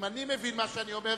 ונהג נכון יושב-ראש הוועדה.